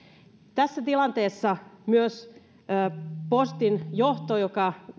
tässä tilanteessa postin johto joka